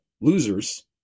losers